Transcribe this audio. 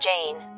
Jane